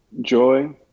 joy